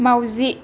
माउजि